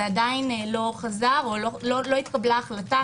זה עדיין לא חזר, או לא התקבלה החלטה.